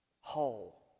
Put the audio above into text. Whole